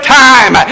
time